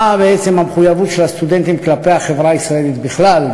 היא מה בעצם המחויבות של הסטודנטים כלפי החברה הישראלית בכלל,